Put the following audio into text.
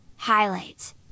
Highlights